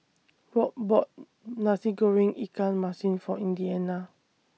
Rob bought Nasi Goreng Ikan Masin For Indiana